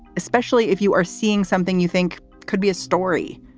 especially if you are seeing something you think could be a story.